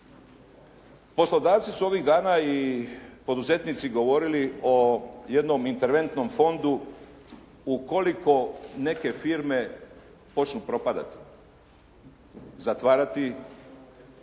Poslodavci su ovih dana i poduzetnici govorili o jednom interventnom fondu ukoliko neke firme počnu propadati, zatvarati